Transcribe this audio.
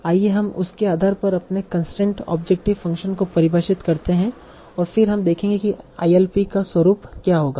आइए हम उसके आधार पर अपने कंसट्रेंट ऑब्जेक्टिव फ़ंक्शन को परिभाषित करते हैं और फिर हम देखेंगे कि ILP का स्वरूप क्या होगा